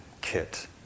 kit